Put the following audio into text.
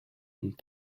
und